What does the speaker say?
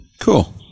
cool